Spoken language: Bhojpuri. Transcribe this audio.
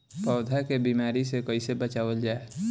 पौधा के बीमारी से कइसे बचावल जा?